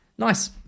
Nice